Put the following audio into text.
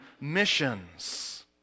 missions